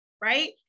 right